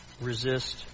resist